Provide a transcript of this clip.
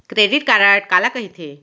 Credit card काला कहिथे?